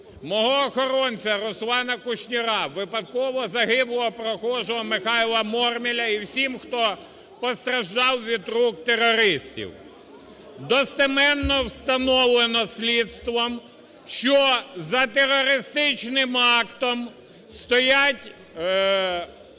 Мого охоронця Руслана Кушніра, випадково загиблого прохожого Михайла Мормиля і всім, хто постраждав від рук терористів. Достеменно встановлено слідством, що за терористичним актом стоять